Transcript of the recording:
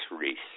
Reese